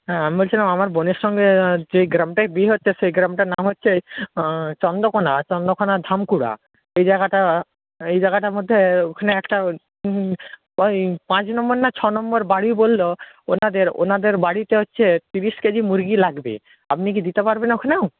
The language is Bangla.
হ্যাঁ আমি বলছিলাম আমার বোনের সঙ্গে যেই গ্রামটায় বিয়ে হচ্ছে সেই গ্রামটার নাম হচ্ছে চন্দ্রকোণা চন্দ্রকোণার ধামকুড়া সেই জায়গাটা ওই জায়গাটার মধ্যে ওখানে একটা ওই পাঁচ নম্বর না ছ নম্বর বাড়ি বলল ওনাদের ওনাদের বাড়িতে হচ্ছে তিরিশ কেজি মুরগি লাগবে আপনি কি দিতে পারবেন ওখানেও